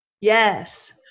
Yes